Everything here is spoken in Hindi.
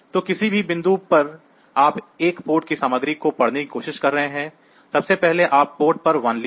तो किसी भी बिंदु पर आप एक पोर्ट की सामग्री को पढ़ने की कोशिश कर रहे हैं सबसे पहले आप पोर्ट पर 1 लिखें